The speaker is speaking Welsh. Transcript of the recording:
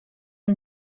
yng